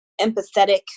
empathetic